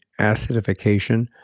acidification